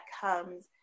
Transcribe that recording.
comes